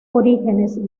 orígenes